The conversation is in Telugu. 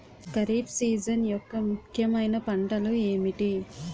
ఖరిఫ్ సీజన్ యెక్క ముఖ్యమైన పంటలు ఏమిటీ?